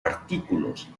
artículos